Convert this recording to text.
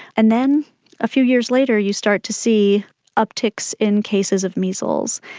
and then a few years later you start to see upticks in cases of measles,